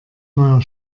neuer